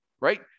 right